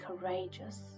courageous